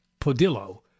Podillo